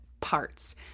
parts